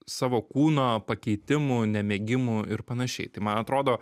savo kūno pakeitimu nemėgimu ir panašiai tai man atrodo